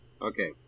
okay